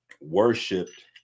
worshipped